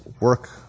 work